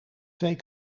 twee